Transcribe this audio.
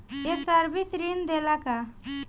ये सर्विस ऋण देला का?